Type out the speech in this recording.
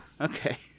Okay